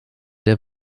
der